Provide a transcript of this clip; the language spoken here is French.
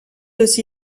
aussi